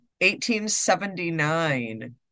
1879